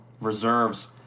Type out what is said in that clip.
Reserves